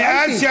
רק שאלתי,